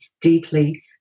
deeply